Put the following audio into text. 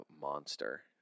monster